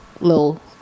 little